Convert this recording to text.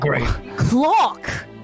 clock